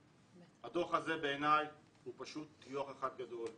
הדו"ח הזה בעיני הוא פשוט טיוח אחד גדול.